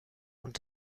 und